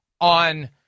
on